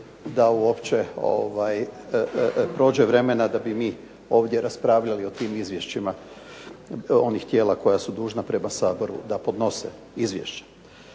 da uopće prođe vremena da bi mi ovdje raspravljali o tim izvješćima onih tijela koja su dužna prema Saboru da podnose izvješća.